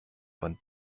von